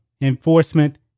Enforcement